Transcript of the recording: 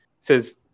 says